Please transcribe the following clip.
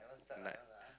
like